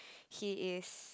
he is